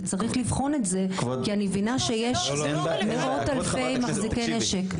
וצריך לבחון את זה כי אני מבינה שיש מאות אלפי מחזיקי נשק.